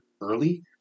early